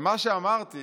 ואמרתי